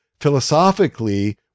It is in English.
Philosophically